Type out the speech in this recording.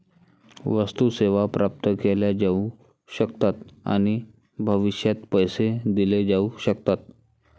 वस्तू, सेवा प्राप्त केल्या जाऊ शकतात आणि भविष्यात पैसे दिले जाऊ शकतात